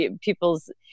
people's